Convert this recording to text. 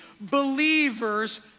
believers